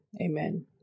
amen